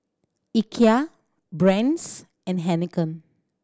Ikea Brand's and Heinekein